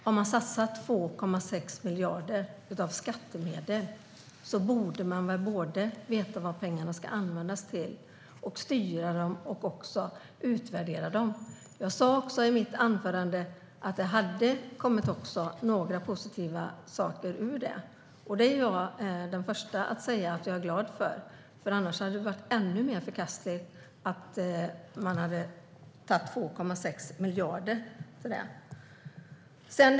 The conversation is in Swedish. Har man satsat 2,6 miljarder av skattemedel borde man väl veta vad pengarna ska användas till, styra dem och utvärdera resultatet. I mitt anförande sa jag också att det har kommit några positiva saker ur denna satsning. Jag är den första att säga att jag är glad över det, för annars hade det varit ännu mer förkastligt att satsa dessa 2,6 miljarder.